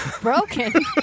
broken